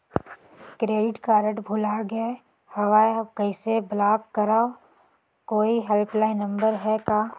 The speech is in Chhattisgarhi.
क्रेडिट कारड भुला गे हववं कइसे ब्लाक करव? कोई हेल्पलाइन नंबर हे का?